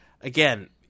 again